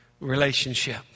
relationship